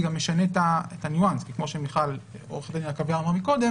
זה גם משנה את הניואנס כי כמו שעורכת דין עקביה אמרה קודם,